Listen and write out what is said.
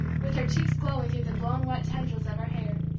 with her cheeks glowing through the blown wet tendrils of her hair.